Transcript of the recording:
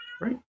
Right